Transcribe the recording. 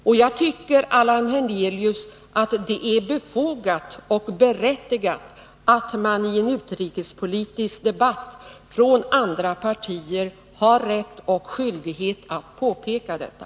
Och jag tror, Allan Hernelius, att man i en utrikespolitisk debatt från andra partier har rätt och skyldighet att påpeka detta.